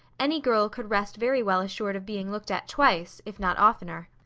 any girl could rest very well assured of being looked at twice, if not oftener.